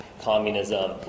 communism